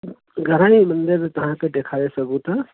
घणा ई मंदर तव्हांखे ॾेखारे सघूं था